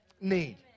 need